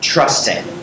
Trusting